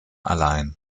allein